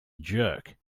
jerk